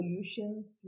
solutions